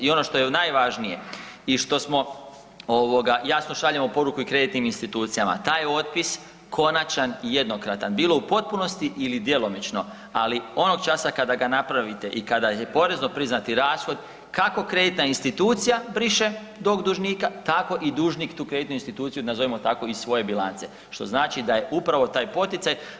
I ono što je najvažnije i što smo jasno šaljemo poruku i kreditnim institucija, taj je otpis konačan i jednokratan bilo u potpunosti ili djelomično, ali onog časa kada ga napravite i kada je porezno priznati rashod kako kreditna institucija briše tog dužnika, tako i dužnik tu kreditnu instituciju, nazovimo tako, iz svoje bilance, što znači da je upravo taj poticaj.